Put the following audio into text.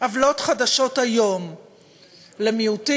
עוולות חדשות היום למיעוטים,